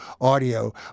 audio